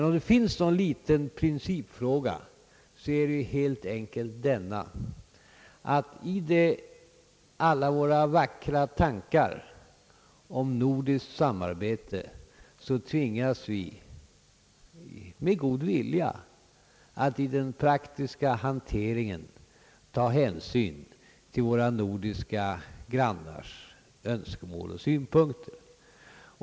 Om det finns någon liten principfråga, så är det helt enkelt den att i alla våra vackra tankar om nordiskt samarbete tvingas vi — med god vilja — att i den praktiska hanteringen ta hänsyn till våra nordiska grannländers önskemål och synpunkter.